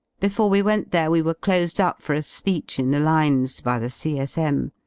before we went there we were closed up for a speech in the lines, by the c s m.